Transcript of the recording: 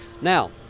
Now